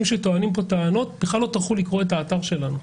שטוענים כאן טענות בכלל לא טרחו לקרוא את האתר שלנו.